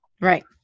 Right